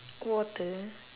water